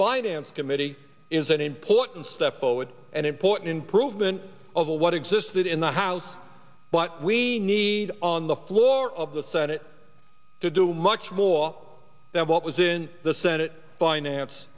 finance committee is an important step forward and important improvement of what existed in the house but we need on the floor of the senate to do much more than what was in the senate finance